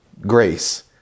grace